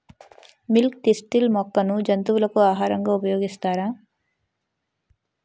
Milk thistle మొక్కను జంతువులకు ఆహారంగా ఉపయోగిస్తారా?